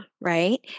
Right